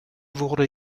wurde